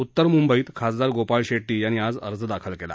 उत्तर मुंबईत खासदार गोपाळ शेट्टी यांनी आज अर्ज दाखल केला